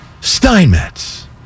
Steinmetz